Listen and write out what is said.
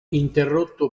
interrotto